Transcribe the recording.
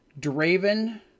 Draven